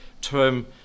term